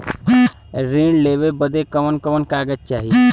ऋण लेवे बदे कवन कवन कागज चाही?